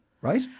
Right